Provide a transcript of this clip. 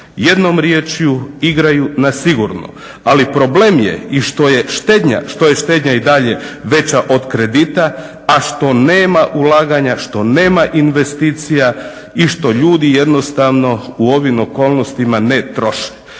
jednom riječju igraju na sigurno. Ali problem je i što je štednja, što je štednja i dalje veća od kredita, a što nema ulaganja, što nema investicija i što ljudi jednostavno u ovim okolnostima ne troše.